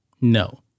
no